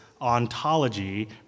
ontology